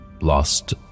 lost